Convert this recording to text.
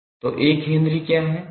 तो 1 हेनरी क्या है